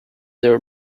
their